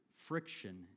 friction